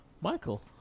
Michael